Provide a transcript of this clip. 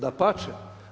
Dapače.